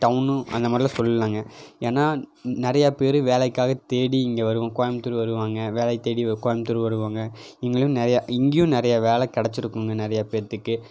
town அந்த மாதிரிலாம் சொல்லலாங்க ஏன்னா நிறையா பேர் வேலைக்காக தேடி இங்கே வருவோம் கோயம்புத்தூரு வருவாங்க வேலை தேடி கோயம்புத்தூரு வருவாங்க இவங்களும் நிறையா இங்கேயும் நிறையா வேலை கெடைச்சிருக்குங்க நிறையா பேத்துக்கு